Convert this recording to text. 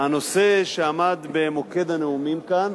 הנושא שעמד במוקד הנאומים כאן,